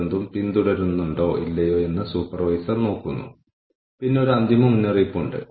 അപ്പോൾ ഈ പ്രക്രിയ നടപ്പിലാക്കുന്നത് വിലപ്പോവില്ല മറുവശത്ത് തുടക്കത്തിൽ എടുത്ത സമയം 3 ദിവസമാണെങ്കിൽ